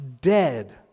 dead